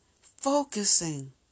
focusing